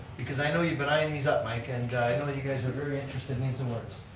because i know you've been eyeing these up mike, and i know that you guys are very interested in these awards.